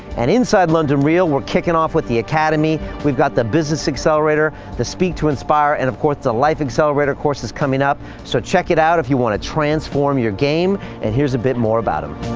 and inside london real, we're kicking off with the academy. we've got the business accelerator, the speak to inspire, and of course, the life accelerator course is coming up, so check it out if you wanna transform your game, and here's a bit more about him.